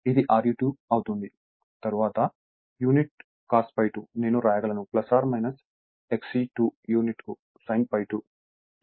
ఇది Re2 అవుతుంది తరువాత యూనిట్ cos ∅2 నేను వ్రాయగలను Xe2 యూనిట్కు sin∅2